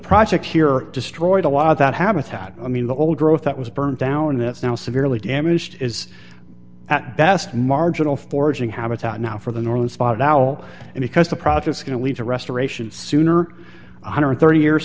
project here destroyed a lot of that habitat i mean the old growth that was burned down that's now severely damaged is at best marginal foraging habitat now for the northern spotted owl and because the profits going to lead to restoration sooner one hundred and thirty years